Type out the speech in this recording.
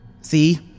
See